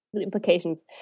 Implications